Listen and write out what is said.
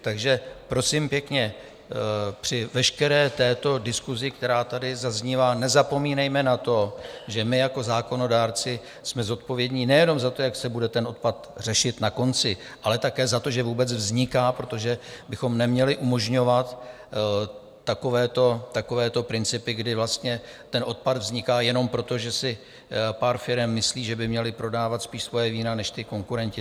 Takže prosím pěkně, při veškeré této diskusi, která tady zaznívá, nezapomínejme na to, že my jako zákonodárci jsme zodpovědní nejenom za to, jak se bude ten odpad řešit na konci, ale také za to, že vůbec vzniká, protože bychom neměli umožňovat takovéto principy, kdy odpad vzniká jenom proto, že si pár firem myslí, že by měly prodávat spíš svoje vína než ti konkurenti.